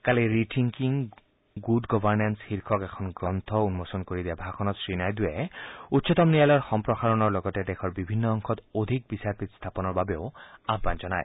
কালি rethinking good governance শীৰ্ষক এখন গ্ৰন্থ উন্মোচন কৰি দিয়া ভাষণত শ্ৰীনাইডুৱে উচ্চতম ন্যায়ালয়ৰ সম্প্ৰসাৰণৰ লগতে দেশৰ বিভিন্ন অংশত অধিক বিচাৰপীঠ স্থাপনৰ বাবেও আহবান জনায়